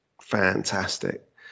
fantastic